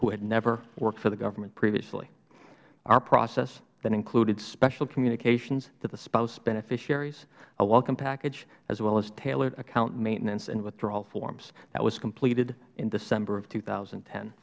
who had never worked for the government previously our process that included special communications to the spouse beneficiaries a welcome package as well as tailored account maintenance and withdrawal forms that was completed in december of two thousand